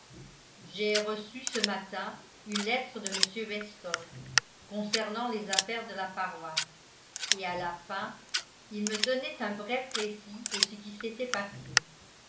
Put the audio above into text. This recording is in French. j'ai reçu ce matin une lettre de m weston concernant les affaires de la paroisse et à la fin il me donnait un bref récit de ce qui s'était passé